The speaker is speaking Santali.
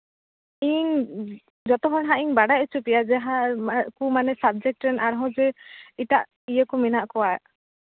ᱤᱧ ᱡᱚᱛᱚ ᱦᱚᱲ ᱦᱟᱸᱜ ᱤᱧ ᱵᱟᱰᱟᱭ ᱦᱚᱪᱚ ᱯᱮᱭᱟ ᱡᱟᱦᱟᱸᱭ ᱥᱟᱵᱡᱮᱠᱴ ᱨᱮᱱ ᱟᱨᱦᱚᱸ ᱡᱮ ᱮᱴᱟᱜ ᱤᱭᱟᱹ ᱠᱚ ᱢᱮᱱᱟᱜ ᱠᱚᱣᱟ